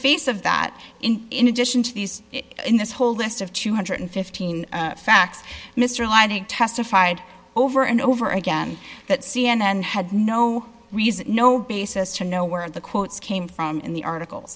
face of that in addition to these in this whole list of two hundred and fifteen facts mr alighting testified over and over again that c n n had no reason no basis to know where the quotes came from in the article